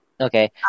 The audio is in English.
Okay